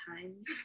times